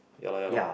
ya loh ya loh